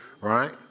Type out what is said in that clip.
right